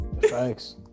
Thanks